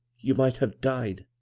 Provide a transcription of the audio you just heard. you might have died.